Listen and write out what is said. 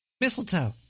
Mistletoe